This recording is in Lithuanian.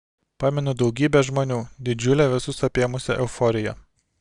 pamenu daugybę žmonių didžiulę visus apėmusią euforiją